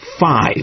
five